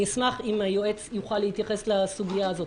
אני אשמח אם היועץ יוכל להתייחס לסוגיה זאת.